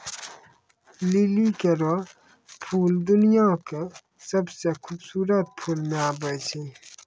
लिली केरो फूल दुनिया क सबसें खूबसूरत फूल म आबै छै